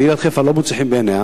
אם עיריית חיפה לא מוצא חן בעיניה,